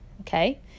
Okay